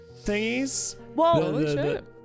thingies